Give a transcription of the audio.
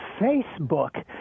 Facebook